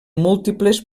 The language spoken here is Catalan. múltiples